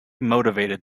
motivated